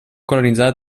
colonitzada